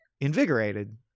invigorated